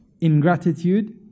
ingratitude